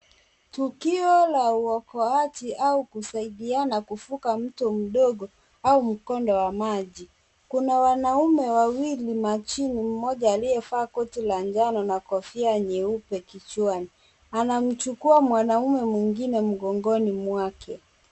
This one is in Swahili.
Tukio la uokoaji au kusaidiana kuvuka mto mdogo, au mkondo wa maji. Kuna wanaume wawili majini, mmoja aliyevaa koti la njano na kofia nyeupe kichwani, anamchukua mwanaume mwingine mgongoni mwake.